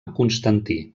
constantí